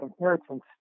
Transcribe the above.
inheritance